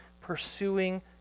pursuing